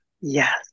Yes